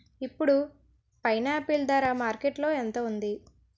ఇప్పుడు పైనాపిల్ ధర మార్కెట్లో ఎంత ఉంది?